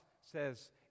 says